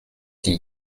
die